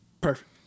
Perfect